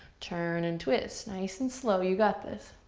turn and twist, nice and slow, you got this.